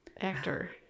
actor